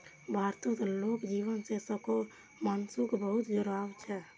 भारतक लोक जीवन सं सेहो मानसूनक बहुत जुड़ाव छै